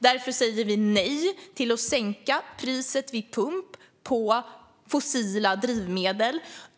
Därför säger vi nej till att sänka priset vid pump på fossila drivmedel.